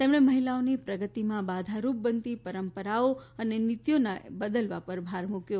તેમણે મહિલાઓની પ્રગતિમાં બાધારૂપ બનતી પરંપરા અને નીતિઓના બદલવા પર ભાર મુક્વો